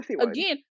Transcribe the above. again